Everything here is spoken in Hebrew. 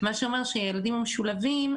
מה שאומר שהילדים המשולבים,